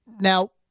now